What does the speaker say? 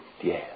yes